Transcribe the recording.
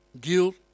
guilt